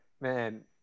Man